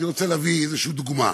אני רוצה להביא איזושהי דוגמה,